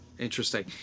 interesting